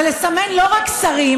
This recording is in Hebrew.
זה לסמן לא רק שרים